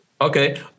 Okay